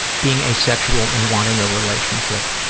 being asexual and wanting a relationship.